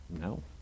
no